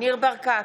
ניר ברקת,